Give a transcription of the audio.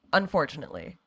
unfortunately